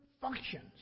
functions